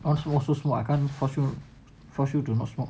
I also also want smoke I can't force you force you to not smoke